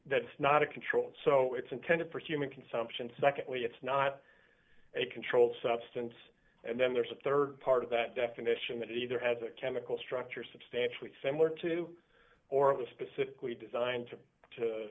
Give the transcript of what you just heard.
that that's not a control so it's intended for human consumption secondly it's not a controlled substance and then there's a rd part of that definition that either has a chemical structure substantially similar to or it was specifically designed to